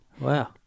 Wow